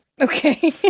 Okay